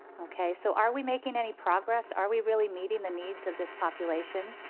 okay. so are we making any progress, are we really meeting the needs of this population?